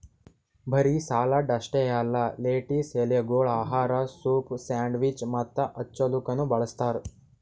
ಬರೀ ಸಲಾಡ್ ಅಷ್ಟೆ ಅಲ್ಲಾ ಲೆಟಿಸ್ ಎಲೆಗೊಳ್ ಆಹಾರ, ಸೂಪ್, ಸ್ಯಾಂಡ್ವಿಚ್ ಮತ್ತ ಹಚ್ಚಲುಕನು ಬಳ್ಸತಾರ್